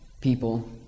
people